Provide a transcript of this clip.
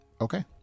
okay